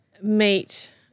meet